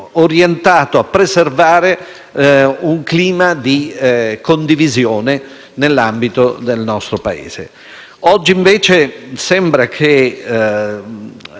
orientato a preservare un clima di condivisione nell'ambito del nostro Paese. Oggi, invece, sembra che